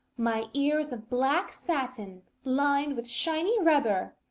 my ears of black satin, lined with shiny rubber,